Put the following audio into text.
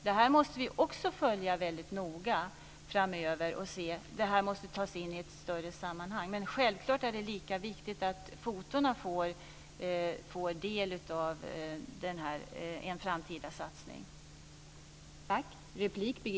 Detta måste vi också följa väldigt noga framöver. Det måste tas in i ett större sammanhang. Men självklart är det lika viktigt att fotona får del av en framtida satsning.